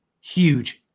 huge